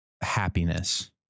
Happiness